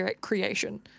creation